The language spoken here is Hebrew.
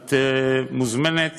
את מוזמנת